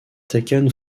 taken